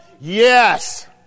Yes